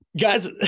guys